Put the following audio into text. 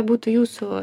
būtų jūsų